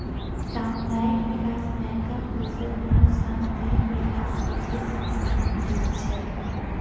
सामुदायिक विकास बैंकक दोसर नाम सामुदायिक विकास वित्तीय संस्थान होइत छै